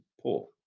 poor